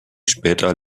später